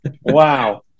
wow